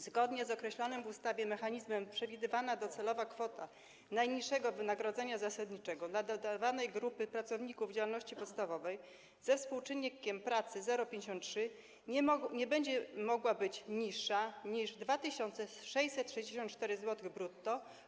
Zgodnie z określonym w ustawie mechanizmem przewidywana docelowa kwota najniższego wynagrodzenia zasadniczego dla dodawanej grupy pracowników działalności podstawowej ze współczynnikiem pracy 0,53 nie będzie mogła być niższa niż 2664 zł brutto.